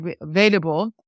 available